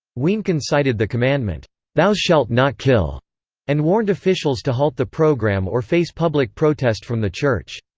wienken cited the commandment thous shalt not kill and warned officials to halt the program or face public protest from the church.